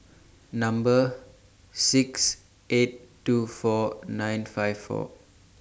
Number six eight two four nine five four